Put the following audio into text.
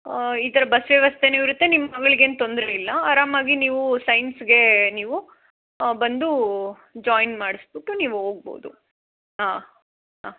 ಈ ಥರ ಬಸ್ ವ್ಯವಸ್ಥೆನೂ ಇರುತ್ತೆ ನಿಮ್ಮ ಮಗ್ಳಿಗೇನು ತೊಂದರೆ ಇಲ್ಲ ಅರಾಮಾಗಿ ನೀವು ಸೈನ್ಸ್ಗೆ ನೀವು ಬಂದು ಜಾಯಿನ್ ಮಾಡಿಸ್ಬಿಟ್ಟು ನೀವು ಹೋಗ್ಬೋದು ಆಂ ಆಂ